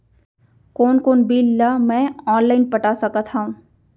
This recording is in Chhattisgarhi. कोन कोन बिल ला मैं ऑनलाइन पटा सकत हव?